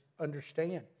understand